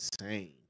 insane